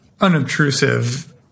unobtrusive